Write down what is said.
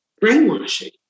brainwashing